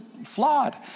flawed